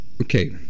okay